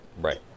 right